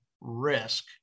risk